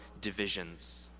divisions